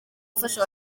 gufasha